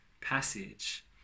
passage